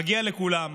מגיע לכולם